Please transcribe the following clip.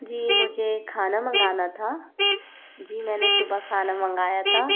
जी मुझे खाना मंगाना था जी मैंने सुबह खाना मंगाया था